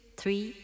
three